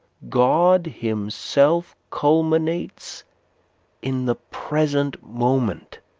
god himself culminates in the present moment,